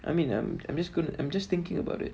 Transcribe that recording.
I mean I'm I'm just gonna I'm just thinking about it